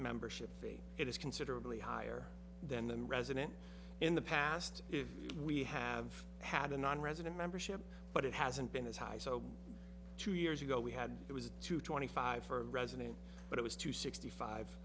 membership fee it is considerably higher than the resident in the past if we have had a nonresident membership but it hasn't been as high so two years ago we had it was to twenty five for a resident but it was to sixty five